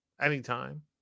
anytime